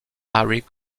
harry